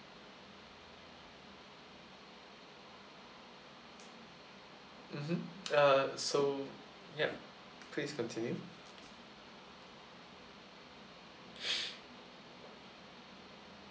mmhmm uh so yup please continue